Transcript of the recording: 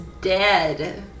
dead